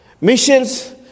Missions